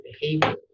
behavior